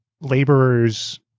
laborers